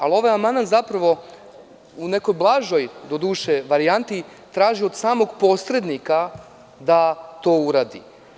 Ali, ovaj amandman zapravo u nekoj blažoj varijanti traži od samog posrednika da to uradi.